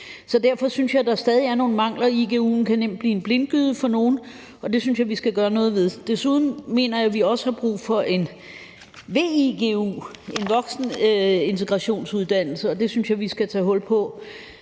Derfor synes jeg stadig væk, der er nogle mangler, og igu'en kan nemt blive en blindgyde for nogen, og det synes jeg vi skal gøre noget ved. Desuden mener jeg, at vi også har brug for en vigu – voksenintegrationsuddannelse – og det synes jeg vi skal tage hul på.